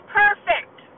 perfect